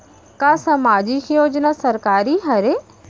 का सामाजिक योजना सरकारी हरे?